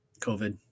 COVID